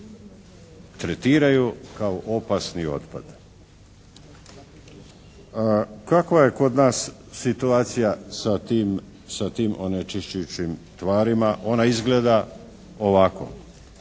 Kakva je kod nas situacija sa tim onečišćujućim tvarima? Ona izgleda ovako.